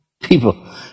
People